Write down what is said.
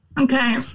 Okay